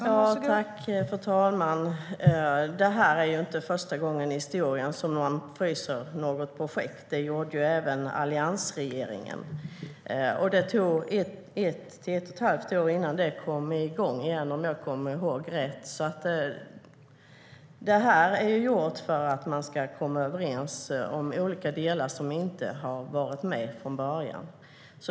Fru talman! Det är inte första gången i historien som man fryser ett projekt. Det gjorde även alliansregeringen. Det tog ett till ett och ett halvt år innan det kom igång igen, om jag minns rätt. Detta har gjorts för att man ska komma överens om olika delar som inte har varit med från början.